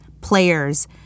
players